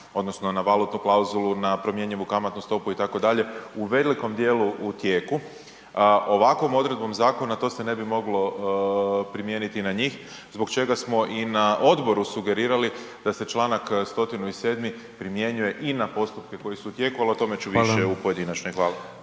odnosno na valutnu klauzulu, na promjenjivu kamatnu stopu itd., u velikom djelu u tijeku, ovakvom odredbom zakona to se ne bi moglo primijeniti na njih zbog čega smo i na odboru sugerirali da se članak 107. primjenjuje i na postupke koji su tijeku ali o tome ću više u pojedinačnoj, hvala.